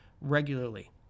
regularly